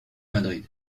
madrid